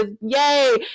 yay